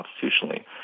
constitutionally